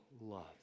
love